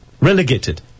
relegated